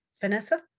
vanessa